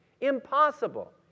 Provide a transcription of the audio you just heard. Impossible